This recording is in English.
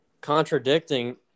contradicting